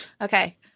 Okay